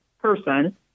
person